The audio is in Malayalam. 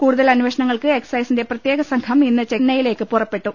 കൂടുതൽ അമ്പേഷണ ങ്ങൾക്ക് എക്സൈസിന്റെ പ്രത്യേക സംഘം ഇന്ന് ചെന്നൈയിലേക്ക് പുറപ്പെട്ടു